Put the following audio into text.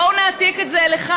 בואו נעתיק את זה לכאן.